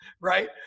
right